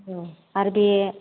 औ आर बे